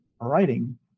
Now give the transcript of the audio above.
writing